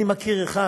אני מכיר אחד